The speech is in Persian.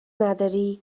نداری